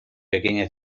pequeña